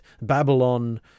Babylon